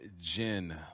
Jen